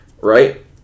Right